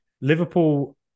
Liverpool